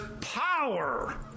power